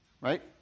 right